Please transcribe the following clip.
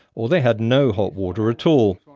or they had no hot water at all.